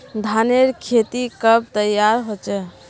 धानेर खेती कब तैयार होचे?